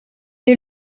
est